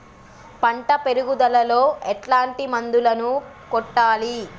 పంట పెరుగుదలలో ఎట్లాంటి మందులను కొట్టాలి?